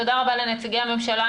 תודה רבה לנציגי הממשלה,